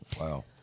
wow